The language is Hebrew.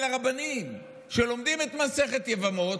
אבל אני פונה לרבנים שלומדים את מסכת יבמות,